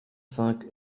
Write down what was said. cinq